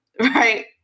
right